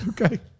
Okay